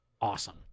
awesome